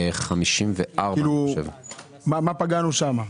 54. במה פגענו שם?